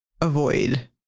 avoid